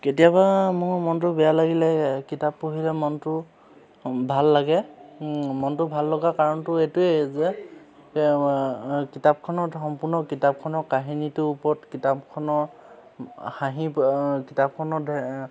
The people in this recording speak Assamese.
কেতিয়াবা মোৰ মনটো বেয়া লাগিলে কিতাপ পঢ়িলে মনটো ভাল লাগে মনটো ভাল লগা কাৰণটো এইটোৱেই যে কিতাপখনত সম্পূৰ্ণ কিতাপখনৰ কাহিনীটোৰ ওপৰত কিতাপখনৰ হাঁহি কিতাপখনৰ